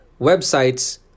websites